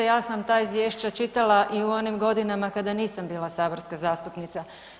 Ja sam ta izvješće čitala i u onim godinama kada nisam bila saborska zastupnica.